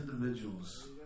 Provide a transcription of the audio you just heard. individuals